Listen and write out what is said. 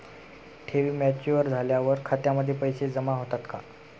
ठेवी मॅच्युअर झाल्यावर खात्यामध्ये पैसे जमा होतात का?